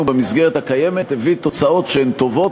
במסגרת הקיימת הביא תוצאות שהן טובות,